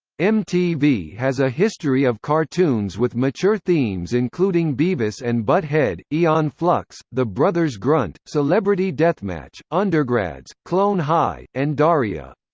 mtv has a history of cartoons with mature themes including beavis and butt-head, aeon flux, the brothers grunt, celebrity deathmatch, undergrads, clone high, and daria.